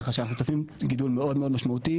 כך שאנחנו צופים לגידול מאוד משמעותי,